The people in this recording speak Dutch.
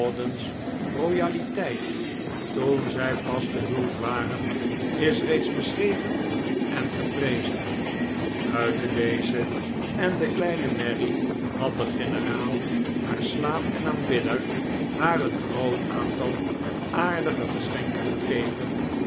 royaliteit toen zij pas gehuwd waren is reeds beschreven en geprezen buiten deze en de kleine merrie had de generaal haar slaaf en aanbidder haar een groot aantal aardige geschenken gegeven